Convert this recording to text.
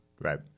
right